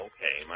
Okay